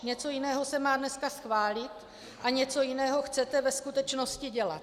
Něco jiného se má dneska schválit a něco jiného chcete ve skutečnosti dělat.